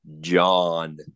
John